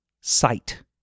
sight